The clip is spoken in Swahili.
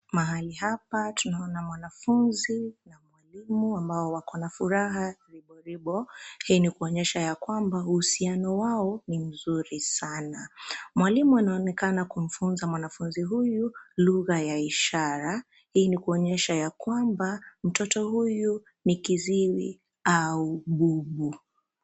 Mahali hapa tunaona mnwanafunzi na mwalimu ambao wako na furaha vilivyo hii ni luonyesha ya kwamba uhusiano wao ni mzuri sana, mwalimu anaoneka kumfunza mwanafunzi huyu lugha ya ishara. Hii ni kuonyesha ya kwamba mtoto huyu ni kiziwi au bubu.